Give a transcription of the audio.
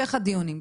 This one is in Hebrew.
בהמשך הדיונים,